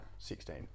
16